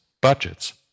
budgets